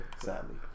Sadly